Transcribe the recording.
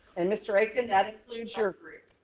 and mr. akin, that includes your group.